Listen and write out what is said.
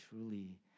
Truly